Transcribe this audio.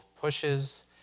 pushes